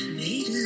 made